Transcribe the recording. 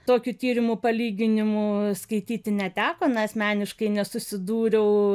tokių tyrimų palyginimų skaityti neteko na asmeniškai nesusidūriau